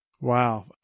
Wow